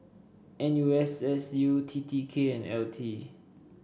N U S S U T T K and L T